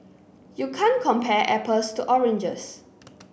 you can't compare apples to oranges